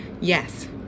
yes